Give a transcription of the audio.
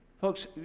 Folks